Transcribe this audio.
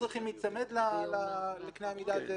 ולא צריכים להיצמד לקנה המידה הזה.